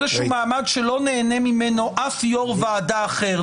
איזשהו מעמד שלא נהנה ממנו אף יושב ראש ועדה אחר,